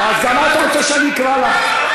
את רוצה שאקרא גם אותך?